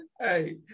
Hey